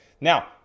Now